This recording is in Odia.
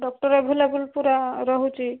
ଡ଼କ୍ଟର ଏଭେଲେବୁଲ୍ ପୂରା ରହୁଛି